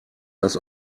das